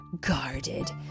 guarded